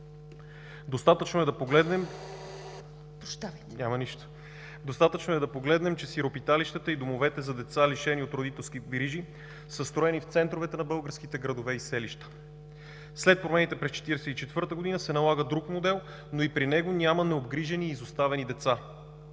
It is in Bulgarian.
Достатъчно е да погледнем, че сиропиталищата и домовете за деца лишени от родителски грижи, са строени в центровете на българските градове и селища. След промените през 1944 г. се налага друг модел, но и при него няма необгрижени и изоставени деца.